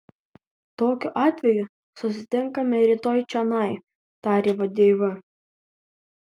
tokiu atveju susitinkame rytoj čionai tarė vadeiva